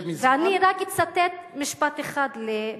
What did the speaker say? מזמן, ואני רק אצטט משפט אחד, ברשותך.